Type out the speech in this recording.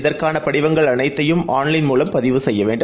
இதற்கான படிவங்கள் அனைத்தையும் ஆன்லைன் மூலம் பதிவு செய்யவேண்டும்